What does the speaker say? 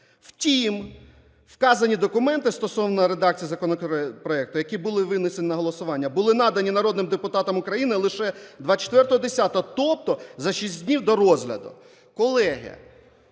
Втім вказані документи стосовно редакції законопроекту, які були винесені на голосування, були надані народним депутатам України лише 24.10, тобто за шість днів до розгляду.